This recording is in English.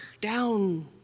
down